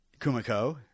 Kumiko